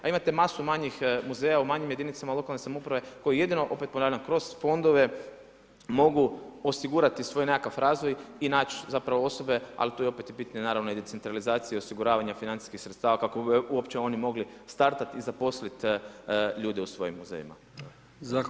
A imate masu manjih muzeja, u manjim jedincima lokalne samouprave koji jedino, opet ponavljam, kroz fondove, mogu osigurati svoje nekakav razvoj i naći, zapravo osobe ali tu je opet pitanje, naravno i decentralizacije i osiguravanje financijskih sredstava kako bi uopće oni mogli startati i zaposliti ljude u svojoj zemlji.